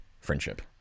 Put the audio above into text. friendship